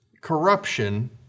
corruption